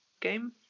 game